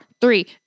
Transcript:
three